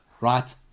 Right